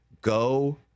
go